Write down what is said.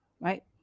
right